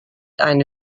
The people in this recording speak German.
eine